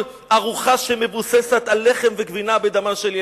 ארוחה שמבוססת על לחם וגבינה בדמם של ילדים".